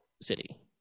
city